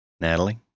Natalie